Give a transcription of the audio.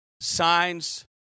signs